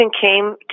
came